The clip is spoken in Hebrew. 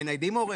מניידים הורה,